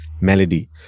melody